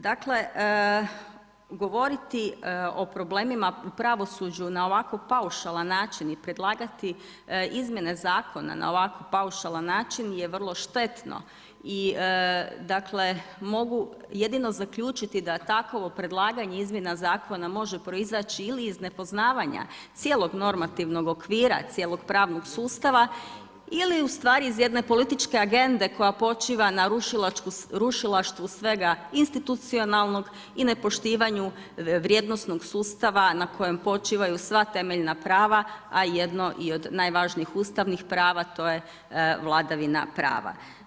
Dakle govoriti o problemima u pravosuđu na ovako paušalan način i predlagati izmjene zakona na ovako paušalan način je vrlo štetno i mogu jedino zaključiti da takovo predlaganje izmjena zakona može proizaći ili iz nepoznavanja cijelog normativnog okvira, cijelog pravnog sustava ili iz jedne političke agende koja počiva na rušilaštvu svega institucionalnog i nepoštivanju vrijednosnog sustava na kojem počivaju sva temeljna prava, a jedno i od najvažnijih ustavnih prava to je vladavina prava.